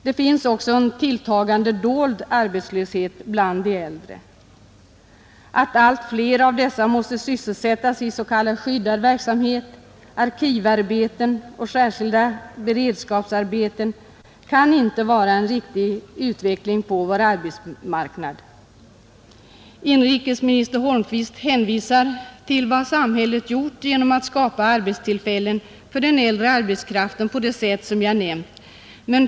Det finns också en tilltagande dold arbetslöshet bland de äldre, Att allt fler av dessa måste sysselsättas i s.k. skyddad verksamhet, arkivarbeten och särskilda beredskapsarbeten kan inte vara en riktig utveckling på vår arbetsmarknad, Inrikesminister Holmqvist hänvisar till vad samhället har gjort genom att skapa arbetstillfällen på det sätt jag nämnt för den äldre arbetskraften.